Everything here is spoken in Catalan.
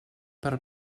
per